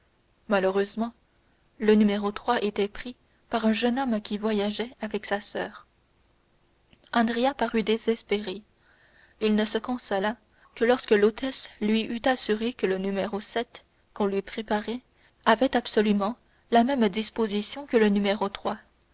malheureusement le numéro était pris par un jeune homme qui voyageait avec sa soeur andrea parut désespéré il ne se consola que lorsque l'hôtesse lui eut assuré que le numéro quon lui préparait avait absolument la même disposition que le